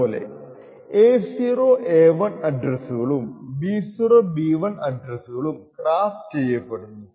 അതുപോലെ A0 A1 അഡ്രസ്സുകളും B0 B1 അഡ്രെസ്സുകളും ക്രാഫ്റ്റ് ചെയ്യപ്പെടുന്നു